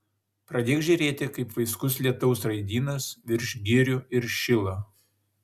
pradėk žėrėti kaip vaiskus lietaus raidynas virš girių ir šilo